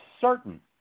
certain